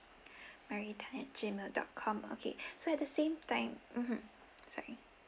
mary Tan at gmail dot com okay so at the same time mmhmm sorry